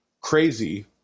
crazy